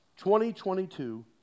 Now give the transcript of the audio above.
2022